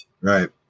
Right